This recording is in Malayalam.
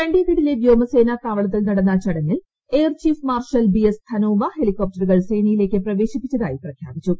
ചാണ്ഡിഗഢിലെ വ്യോമസേനാ താവളത്തിൽ നടന്ന ചടങ്ങിൽ air chief marshal B S Dhanoa ഹെലികോപ്ടറുകൾ സേനയിലേക്ക് പ്രവേശിപ്പിച്ചതായി പ്രഖ്യാപിച്ചു